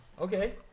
Okay